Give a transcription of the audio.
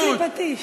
יש לי פטיש.